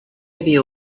havia